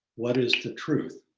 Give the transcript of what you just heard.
what is the truth?